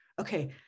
okay